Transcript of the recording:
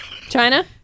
China